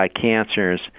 cancers